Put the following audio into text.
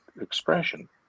expression